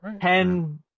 Ten